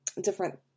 different